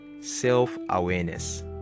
self-awareness